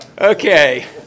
Okay